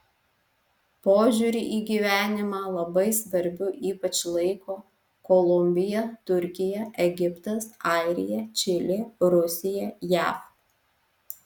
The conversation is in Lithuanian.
požiūrį į gyvenimą labai svarbiu ypač laiko kolumbija turkija egiptas airija čilė rusija jav